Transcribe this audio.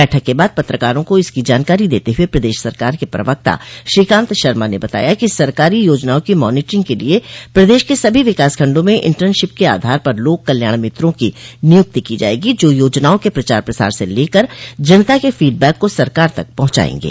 बैठक के बाद पत्रकारों को इसकी जानकारी देते हुए प्रदेश सरकार के प्रवक्ता श्रीकांत शर्मा ने बताया कि सरकारी योजनाओं की मॉनिटरिंग के लिए प्रदेश के सभी विकासखंडों में इंटर्नशिप के आधार पर लोक कल्याण मित्रों की नियक्ति की जायेगी जो योजनाओं के प्रचार प्रसार से लेकर जनता के फीडबैक को सरकार तक पहुंचायेंगे